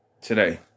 today